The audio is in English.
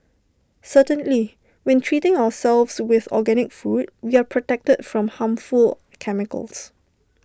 certainly when treating ourselves with organic food we are protected from harmful chemicals